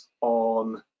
on